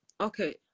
okay